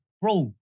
bro